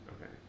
Okay